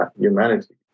humanity